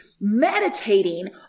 meditating